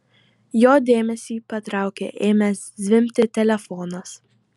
jo dėmesį patraukė ėmęs zvimbti telefonas